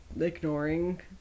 ignoring